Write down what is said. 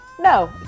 No